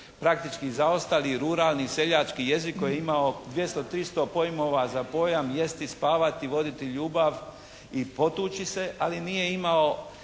praktički zaostali ruralni seljački jezik koji je imao 200, 300 pojmova za pojam jesti, spavati, voditi ljubav i potući se, ali nije imao